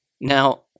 Now